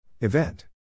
Event